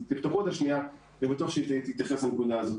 אני בטוח שהיא תתייחס לנקודה הזאת.